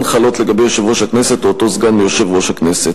חלות לגבי יושב-ראש הכנסת או אותו סגן ליושב-ראש הכנסת.